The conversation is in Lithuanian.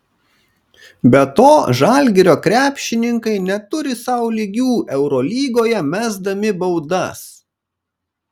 be to žalgirio krepšininkai neturi sau lygių eurolygoje mesdami baudas